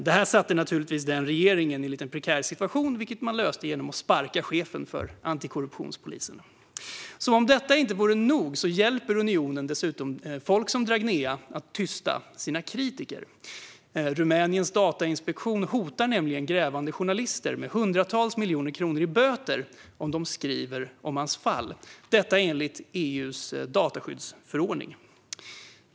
Detta försatte naturligtvis den rumänska regeringen i en något prekär situation, vilket man löste genom att sparka chefen för antikorruptionspolisen. Som om detta inte vore nog hjälper unionen dessutom Dragnea att tysta sina kritiker. Rumäniens datainspektion hotar nämligen grävande journalister med hundratals miljoner kronor i böter om de skriver om hans fall - detta i enlighet med EU:s dataskyddsförordning.